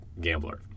gambler